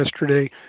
yesterday